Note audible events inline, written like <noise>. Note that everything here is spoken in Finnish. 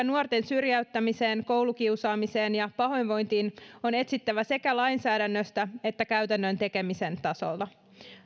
<unintelligible> nuorten syrjäyttämiseen koulukiusaamiseen ja pahoinvointiin on etsittävä sekä lainsäädännöstä että käytännön tekemisen tasolta